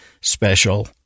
special